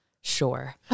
Sure